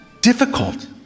difficult